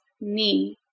knee